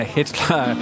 Hitler